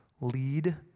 lead